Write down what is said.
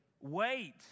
Wait